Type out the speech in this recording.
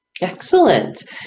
Excellent